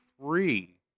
three